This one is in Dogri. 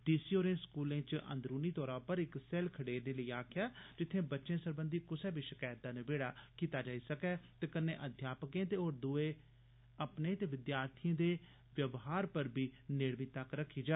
डी सी होरें स्कूलें च अन्दरूनी तौरा पर इक सेल्ल खडेरने लेई आक्खेआ जित्थे बच्चे सरबंघी कुसै बी शकैत दा नबेड़ा कीता जाई सकै ते कन्ने अध्यापकें होर दुए अपने ते विद्यार्थिएं दे व्यवहार पर बी नेड़मी तक्क रक्खी जा